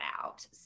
out